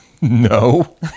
No